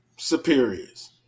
superiors